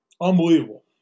Unbelievable